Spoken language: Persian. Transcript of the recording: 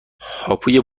هاپوی